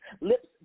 lips